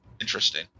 Interesting